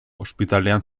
ospitalean